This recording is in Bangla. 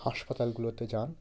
হাসপাতালগুলোতে যান